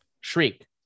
Shriek